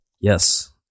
Yes